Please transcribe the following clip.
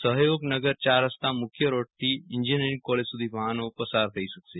સફયોગનગર ચાર રસ્તા મુખ્ય રોડથી એન્જિનિયરીંગ કોલેજ સુધી વાફનો પસાર થઇ શકશે